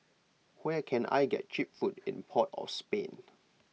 where can I get Cheap Food in Port of Spain